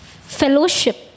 fellowship